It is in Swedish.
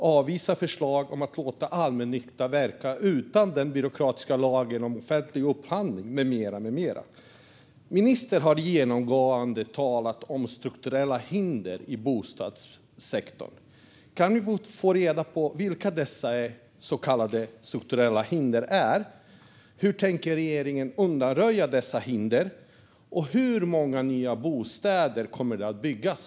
Man avvisar förslag om att låta allmännyttan verka utan den byråkratiska lagen om offentlig upphandling med mera. Ministern har genomgående talat om strukturella hinder i bostadssektorn. Kan vi få reda på vilka dessa så kallade strukturella hinder är? Hur tänker regeringen undanröja dessa hinder, och hur många nya bostäder kommer att byggas?